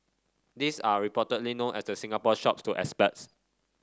these are reportedly known as the Singapore Shops to expats